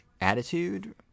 attitude